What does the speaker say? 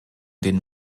den